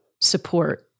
support